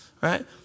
right